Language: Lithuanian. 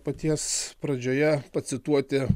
paties pradžioje pacituoti